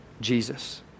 Jesus